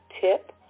tip